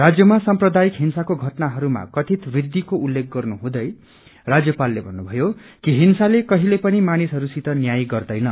राज्यमा सांप्रदायिक हिंसाको घटनाहरूमा कथित वृद्धिको उल्लेख गर्नु हुँदै राज्यपालले भन्नुभयो कि हिंसाले कहिले पनि मानिसहरूसित न्याय गर्दैन